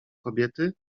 kobiety